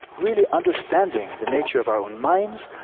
really understanding the nature of our own minds,